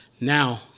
Now